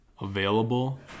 available